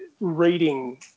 reading